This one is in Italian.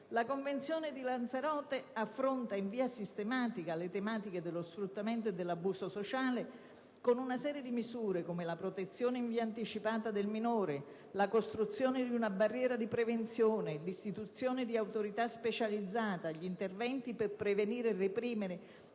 La Convenzione di Lanzarote affronta in via sistematica le tematiche dello sfruttamento e dell'abuso sessuale con una serie di misure, come la protezione in via anticipata del minore, la costruzione di una barriera di prevenzione, l'istituzione di autorità specializzate, gli interventi per prevenire e reprimere